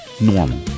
normal